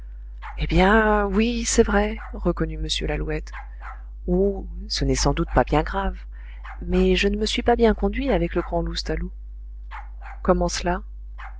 eh bien oui c'est vrai reconnut m lalouette oh ce n'est sans doute pas bien grave mais je ne me suis pas bien conduit avec le grand loustalot comment cela